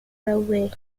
railway